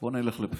בוא נלך לבחירות.